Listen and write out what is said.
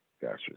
gotcha